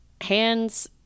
Hands